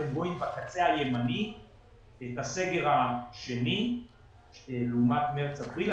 אתם רואים בקצה הימני את הסגר השני לעומת מארס-אפריל.